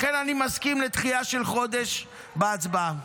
לכן אני מסכים לדחייה של חודש בהצבעה.